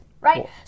Right